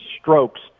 strokes